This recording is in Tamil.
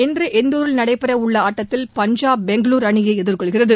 இன்று இந்தூரில் நடைபெறவுள்ள ஆட்டத்தில் பஞ்சாப் பெங்களூரு அணியை எதிர்கொள்கிறது